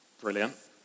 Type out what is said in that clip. brilliant